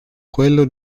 quello